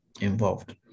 involved